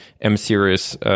M-series